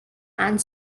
and